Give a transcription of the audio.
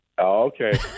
Okay